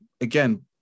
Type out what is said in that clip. Again